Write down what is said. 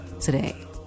today